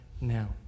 now